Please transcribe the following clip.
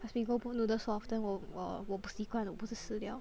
ask me go boat noodle so often 我我我不习惯我不是死了